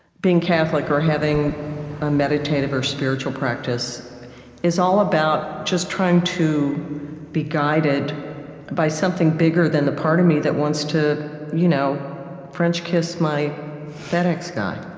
being catholic or having a meditative or spiritual practice is all about just trying to be guided by something bigger than the part of me that wants to you know french-kiss my fedex guy,